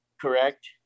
correct